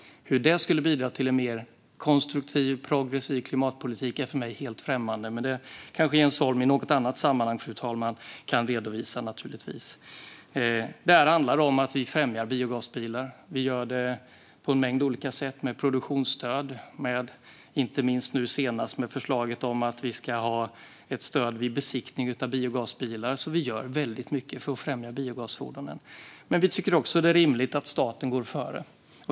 Hur det ska bidra till en mer konstruktiv och progressiv klimatpolitik är för mig helt främmande, men det kanske Jens Holm kan redovisa i något annat sammanhang. Det här handlar om att vi främjar biogasbilar. Vi gör det på en mängd olika sätt med produktionsstöd och nu senast med förslaget om ett stöd vid besiktning av biogasbilar. Vi gör mycket för att främja biogasfordonen. Vi tycker också att det är rimligt att staten går före.